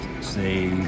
say